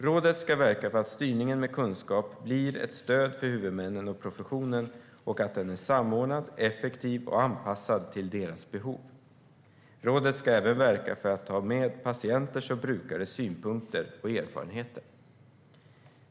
Rådet ska verka för att styrningen med kunskap blir ett stöd för huvudmännen och professionen och att den är samordnad, effektiv och anpassad till deras behov. Rådet ska även verka för att ta med patienters och brukares synpunkter och erfarenheter.